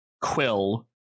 quill